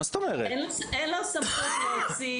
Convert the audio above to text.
אין לו סמכות להוציא.